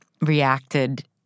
reacted